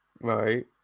Right